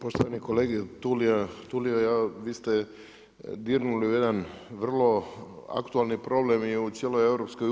Poštovani kolega Tulio, vi se dirnuli u jedan vrlo aktualni problem i u cijeloj EU.